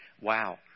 Wow